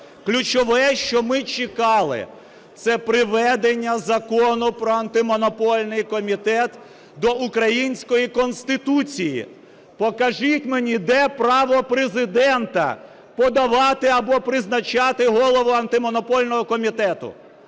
Ключове, що ми чекали, це приведення Закону про Антимонопольний комітет до української Конституції. Покажіть мені де право Президента подавати або призначати голову Антимонопольного комітету.